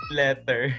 letter